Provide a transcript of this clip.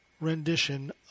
rendition